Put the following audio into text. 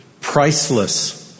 priceless